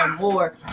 more